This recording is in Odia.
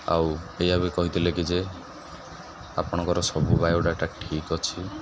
ଆଉ ଏଇୟା ବି କହିଥିଲେ କି ଯେ ଆପଣଙ୍କର ସବୁ ବାୟୋଡାଟା ଠିକ୍ ଅଛି